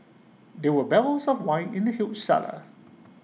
there were barrels of wine in the huge cellar